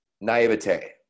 naivete